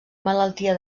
malaltia